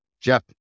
Jeff